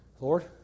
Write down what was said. Lord